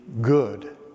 good